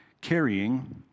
carrying